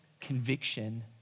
conviction